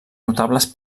notables